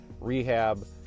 rehab